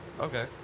Okay